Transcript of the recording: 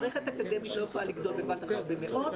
מערכת אקדמית לא יכולה לגדול בבת אחת במאות,